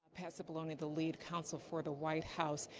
pat cipollone, the lead counsel for the white house.